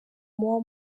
muba